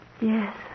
Yes